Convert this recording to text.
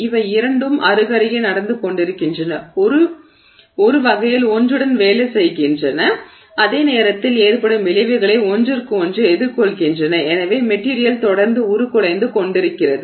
இவை இரண்டும் அருகருகே நடந்துகொண்டிருக்கின்றன ஒரு வகையில் ஒன்றுடன் வேலை செய்கின்றன அதே நேரத்தில் ஏற்படும் விளைவுகளை ஒன்றிற்கு ஒன்று எதிர்கொள்கின்றன எனவே மெட்டிரியல் தொடர்ந்து உருக்குலைந்து கொண்டிருக்கிறது